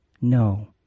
No